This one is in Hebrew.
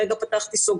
רגע פתחתי סוגריים.